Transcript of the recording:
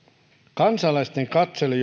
kansalaisten katselu